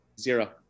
zero